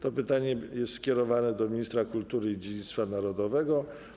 To pytanie jest skierowane do ministra kultury i dziedzictwa narodowego.